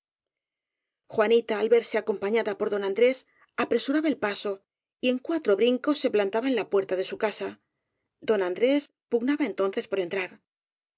juanita al verse acompañada por don andrés apresuraba el paso y en cuatro brincos se plantaba en a puerta de su casa don andrés pugnaba en tonces por entrar